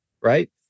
right